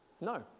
No